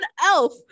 elf